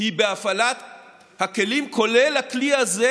היא בהפעלת הכלים, כולל הכלי הזה,